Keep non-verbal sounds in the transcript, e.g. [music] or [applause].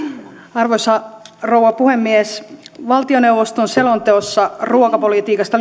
arvoisa rouva puhemies valtioneuvoston selonteossa ruokapolitiikasta [unintelligible]